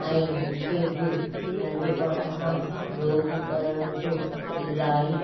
ऐं मूंखे बि नंढपिणु खां योगु करण जो इलाही